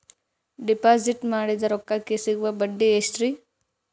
Deposit ಮಾಡಿದ ರೊಕ್ಕಕೆ ಸಿಗುವ ಬಡ್ಡಿ ಎಷ್ಟ್ರೀ?